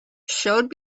showed